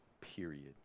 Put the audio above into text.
period